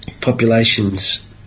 populations